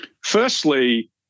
Firstly